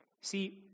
See